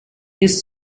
his